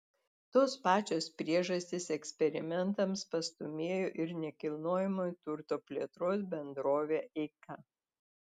tos pačios priežastys eksperimentams pastūmėjo ir nekilnojamojo turto plėtros bendrovę eika